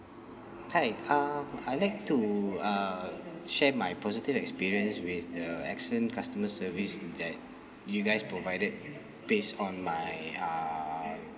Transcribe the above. hi um I'd like to uh share my positive experience with the excellent customer service that you guys provided based on my um